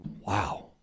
wow